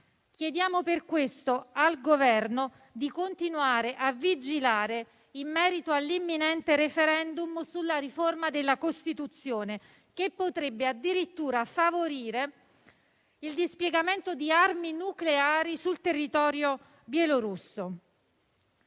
Chiediamo, per questo, al Governo di continuare a vigilare in merito all'imminente *referendum* sulla riforma della Costituzione, che potrebbe addirittura favorire il dispiegamento di armi nucleari sul territorio bielorusso.